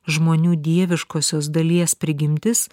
žmonių dieviškosios dalies prigimtis